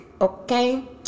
okay